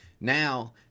Now